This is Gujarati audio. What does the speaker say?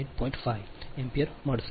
5 ° એમ્પીયર મેળવશે